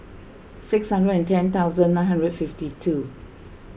six hundred and ten thousand nine hundred and fifty two